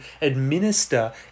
administer